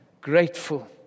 grateful